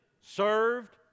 served